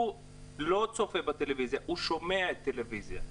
הוא לא צופה בטלוויזיה; הוא שומע טלוויזיה.